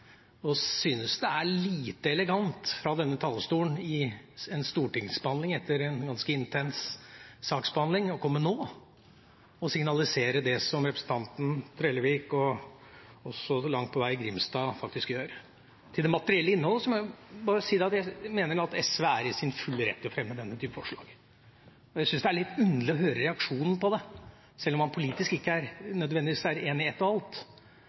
synes det er lite elegant fra denne talerstolen i en stortingsbehandling å komme nå – etter en ganske intens saksbehandling – og signalisere det som representanten Trellevik og også langt på vei representanten Grimstad faktisk gjør. Til det materielle innholdet mener jeg at SV er i sin fulle rett til å fremme denne type forslag, og jeg synes det er litt underlig å høre reaksjonen på det. Selv om man politisk ikke nødvendigvis er enig i ett og alt,